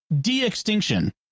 de-extinction